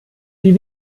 die